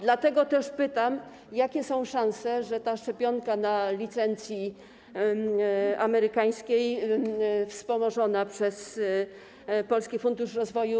Dlatego też pytam, jakie są szanse, że szczepionka na licencji amerykańskiej wspomożona przez Polski Fundusz Rozwoju.